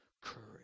courage